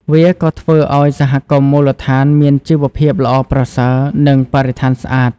វាក៏ធ្វើឱ្យសហគមន៍មូលដ្ឋានមានជីវភាពល្អប្រសើរ និងបរិស្ថានស្អាត។